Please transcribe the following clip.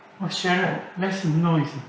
oh sharon less noise